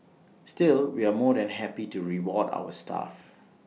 still we are more than happy to reward our staff